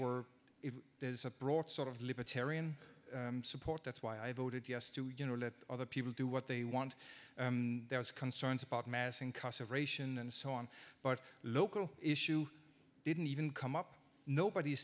were if there's a broad sort of libertarian support that's why i voted yes to you know let other people do what they want there's concerns about mass incarceration and so on but local issue didn't even come up nobody